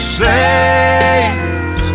saves